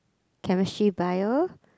chemistry bio